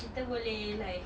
kita boleh like